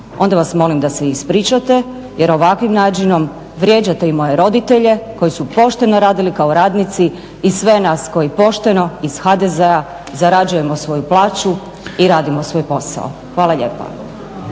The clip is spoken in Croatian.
onda vas molim da se ispričate jer ovakvim načinom vrijeđate i moje roditelje koji su pošteno radili kao radnici i sve nas koji pošteno iz HDZ-a zarađujemo svoju plaću i radimo svoj posao. Hvala lijepa.